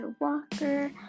Walker